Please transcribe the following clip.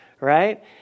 right